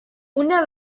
una